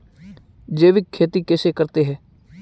जैविक खेती कैसे करते हैं?